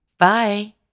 Bye